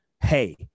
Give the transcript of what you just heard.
hey